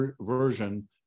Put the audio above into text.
Version